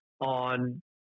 on